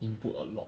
input a lot